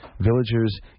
Villagers